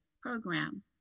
program